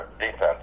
defense